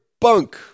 bunk